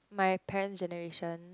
my parent generation